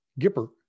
Gipper